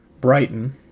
Brighton